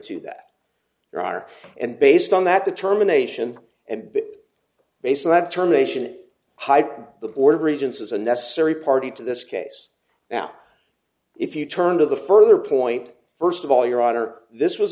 to that there are and based on that determination and based on that term nation it the board of regents as a necessary party to this case now if you turn to the further point first of all your honor this was